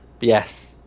Yes